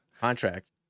contract